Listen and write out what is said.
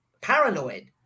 paranoid